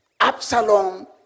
Absalom